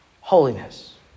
holiness